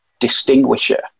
distinguisher